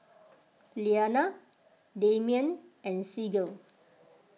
Iliana Demian and Sigurd